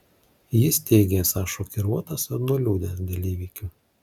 jis teigė esąs šokiruotas ir nuliūdęs dėl įvykių